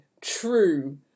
true